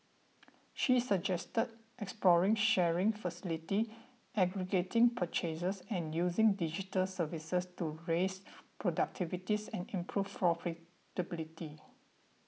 she suggested exploring sharing facilities aggregating purchases and using digital services to raise productivities and improve profitability